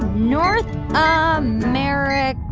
north america,